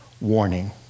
Warning